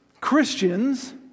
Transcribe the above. Christians